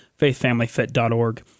faithfamilyfit.org